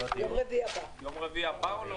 13:02.